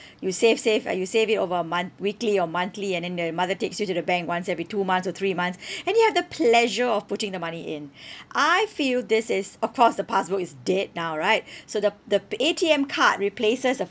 you save save like you save it over a month weekly or monthly and then the mother takes you to the bank once every two months or three months and you have the pleasure of putting the money in I feel this is of course the passbook is dead now right so the the A_T_M card replaces